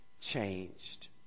changed